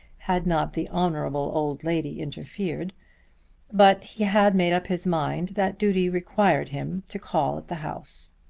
had not the honourable old lady interfered but he had made up his mind that duty required him to call at the house.